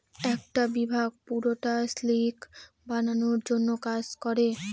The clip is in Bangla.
একটা বিভাগ পুরোটা সিল্ক বানানোর জন্য কাজ করে